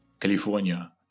california